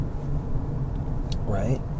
Right